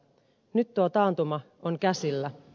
nyt tuo taantuma on käsillä